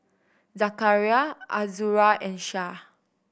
Zakaria Azura and Syah